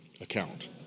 account